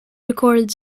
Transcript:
recorded